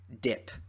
dip